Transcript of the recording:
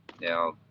Now